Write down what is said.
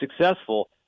successful